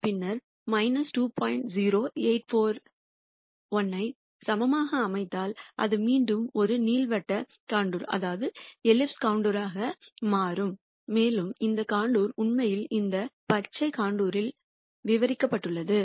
0841 ஐ அமைத்தால் அது மீண்டும் ஒரு நீள்வட்ட கண்டூர் ஆக இருக்கும் மேலும் அந்த கண்டூர் உண்மையில் இந்த பச்சை கண்டூர்ல் விவரிக்கப்பட்டுள்ளது